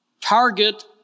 target